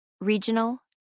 Regional